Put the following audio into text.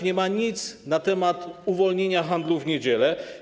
Nie ma nic na temat uwolnienia handlu w niedziele.